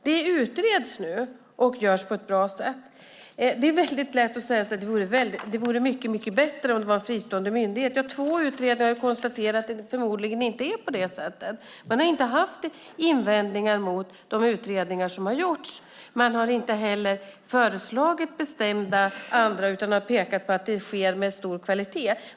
Detta utreds nu, och det görs på ett bra sätt. Det är lätt att säga att det vore mycket bättre om det fanns en fristående myndighet. Men två utredare har konstaterat att det förmodligen inte är på det sättet. Man har inte haft invändningar mot de utredningar som har gjorts. Man har inte heller föreslagit något bestämt annat, utan man har pekat på att det hela sker med stor kvalitet.